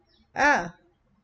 ah